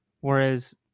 Whereas